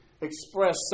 express